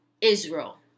Israel